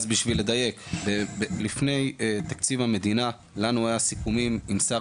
אז בשביל לדייק: לפני תקציב המדינה לנו היו סיכומים עם שר